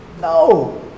No